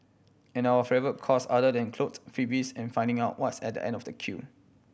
and our favourite cause other than clothes freebies and finding out what's at the end of a queue